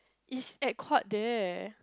it's at quad there